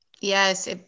Yes